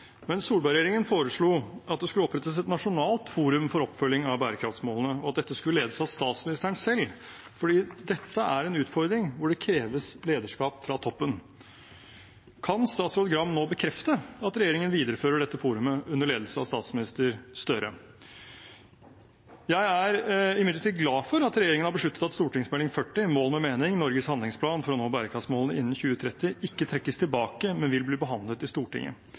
foreslo at det skulle opprettes et nasjonalt forum for oppfølging av bærekraftsmålene, og at dette skulle ledes av statsministeren selv, for dette er en utfordring hvor det kreves lederskap fra toppen. Kan statsråd Gram nå bekrefte at regjeringen viderefører dette forumet under ledelse av statsminister Gahr Støre? Jeg er imidlertid glad for at regjeringen har besluttet at Meld. St. 40 for 2020–2021, «Mål med mening – Norges handlingsplan for å nå bærekraftsmålene innen 2030», ikke trekkes tilbake, men vil bli behandlet i Stortinget.